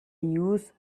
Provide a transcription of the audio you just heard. use